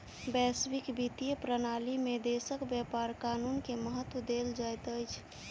वैश्विक वित्तीय प्रणाली में देशक व्यापार कानून के महत्त्व देल जाइत अछि